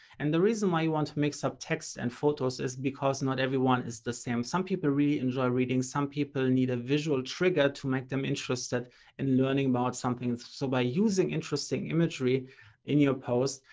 and the reason why you want to mix up texts and photos is because not everyone is the same. some people really enjoy reading. some people need a visual trigger to make them interested in learning about something. so by using interesting imagery in your posts,